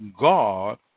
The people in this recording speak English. God